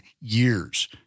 years